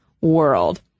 world